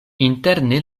interne